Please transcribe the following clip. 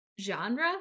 genre